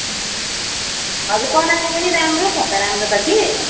हजुर प्रणामी पनि राम्रो छ त राम्रो त कि